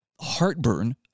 heartburn